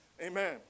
Amen